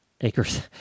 Acres